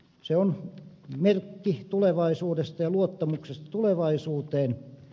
se on merkki tulevaisuudesta ja luottamuksesta tulevaisuuteen